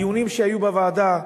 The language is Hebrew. בדיונים שהיו בוועדה,